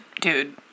dude